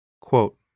Quote